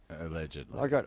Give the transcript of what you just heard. Allegedly